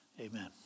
Amen